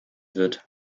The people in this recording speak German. wird